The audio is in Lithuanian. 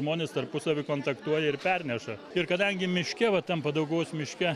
žmonės tarpusavy kontaktuoja ir perneša ir kadangi miške va tam padauguvos miške